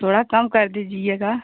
थोड़ा कम कर दीजिएगा